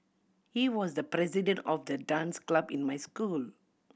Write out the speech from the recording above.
he was the president of the dance club in my school